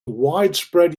widespread